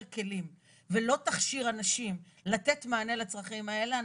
כלים ולא תכשיר אנשים לתת מענה לצרכים האלה,